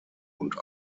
und